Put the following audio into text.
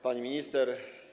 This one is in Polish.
Pani Minister!